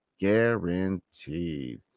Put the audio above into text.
guaranteed